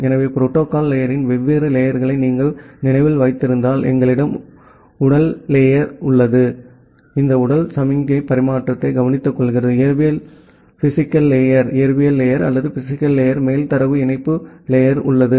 எனவே புரோட்டோகால் லேயர்ரின் வெவ்வேறு லேயர் களை நீங்கள் நினைவில் வைத்திருந்தால் எங்களிடம் உடல் லேயர் உள்ளது இது உடல் சமிக்ஞை பரிமாற்றத்தை கவனித்துக்கொள்கிறது இயற்பியல் லேயரின் மேல் தரவு இணைப்பு லேயர் உள்ளது